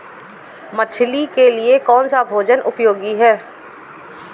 मछली के लिए कौन सा भोजन उपयोगी है?